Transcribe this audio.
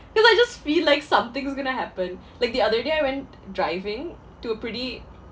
cause I just feel like something's going to happen like the other day I went driving to a pretty